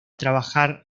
trabajar